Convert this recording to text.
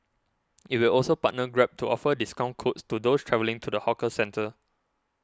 it will also partner Grab to offer discount codes to those travelling to the hawker centre